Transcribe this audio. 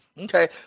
Okay